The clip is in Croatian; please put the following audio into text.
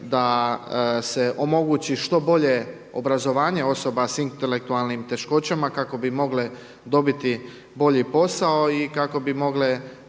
da se omogući što bolje obrazovanje osoba s intelektualnim teškoćama kako bi mogle dobiti bolji posao i kako bi mogle